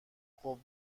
خوب